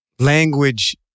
Language